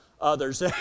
others